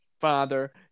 father